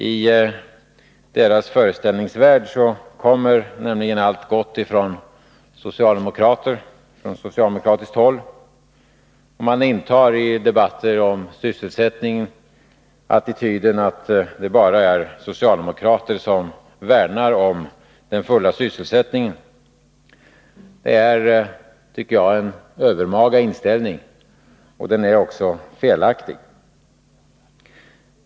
I deras föreställningsvärld kommer nämligen allt gott från socialdemokratiskt håll, och man intar i debatter om sysselsättning attityden att det bara är socialdemokrater som värnar om den fulla sysselsättningen. Det är, tycker jag, en övermaga inställning, och den är också felaktig.